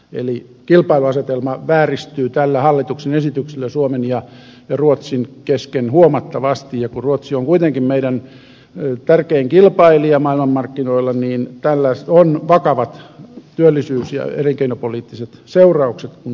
eli kilpailuasetelma vääristyy tällä hallituksen esityksellä suomen ja ruotsin kesken huomattavasti ja kun ruotsi on kuitenkin meidän tärkein kilpailijamme maailmanmarkkinoilla tällä on vakavat työllisyys ja elinkeinopoliittiset seuraukset kun tähän suuntaan mennään